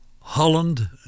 Holland